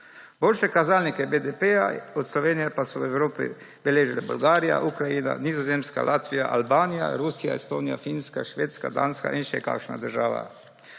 Boljše kazalnike BDP od Slovenije pa so v Evropi beležile Bolgarija, Ukrajina, Nizozemska, Latvija, Albanija, Rusija, Estonija, Finska, Švedska, Danska in še kakšna država.